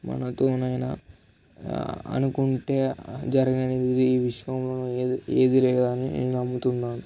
మనతోనైనా అనుకుంటే జరగనిది ఈ విశ్వంలో ఏది ఏది లేదని నేను నమ్ముతున్నాను